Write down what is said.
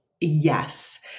Yes